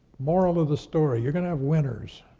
moral of the story, you're gonna have winners,